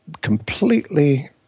completely